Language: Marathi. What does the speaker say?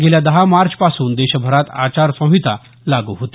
गेल्या दहा मार्चपासून देशभरात आचार संहिता लागू होती